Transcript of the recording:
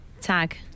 Tag